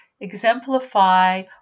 exemplify